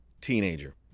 teenager